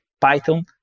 Python